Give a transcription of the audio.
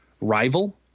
rival